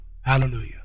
Hallelujah